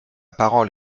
parole